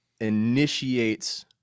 initiates